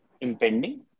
impending